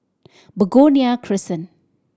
Begonia Crescent